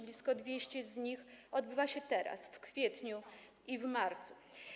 Blisko 200 z nich odbywa się teraz, w kwietniu i w marcu.